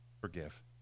forgive